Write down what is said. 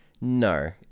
no